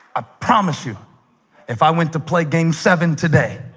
ah promise you if i went to play game seven today